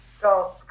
go